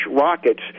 rockets